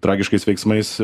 tragiškais veiksmais